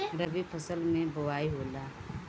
रबी फसल मे बोआई होला?